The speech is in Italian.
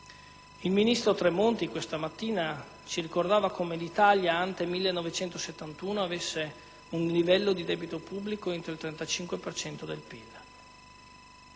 il ministro Tremonti ci ricordava come l'Italia *ante* 1971 avesse un livello di debito pubblico entro il 35 per